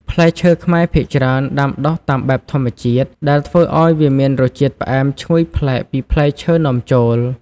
ផ្លែឈើខ្មែរភាគច្រើនដាំដុះតាមបែបធម្មជាតិ ដែលធ្វើឱ្យវាមានរសជាតិផ្អែមឈ្ងុយប្លែកពីផ្លែឈើនាំចូល។